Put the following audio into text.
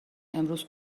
امروز